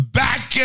back